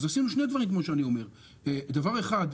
אז עשינו שני דברים דבר אחד,